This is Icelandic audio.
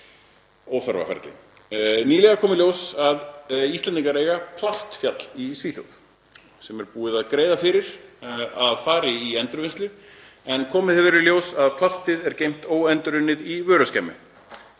Nýlega kom í ljós að Íslendingar eiga plastfjall í Svíþjóð sem búið er að greiða fyrir að fari í endurvinnslu en komið hefur í ljós að plastið er geymt óendurunnið í vöruskemmu.